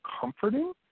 comforting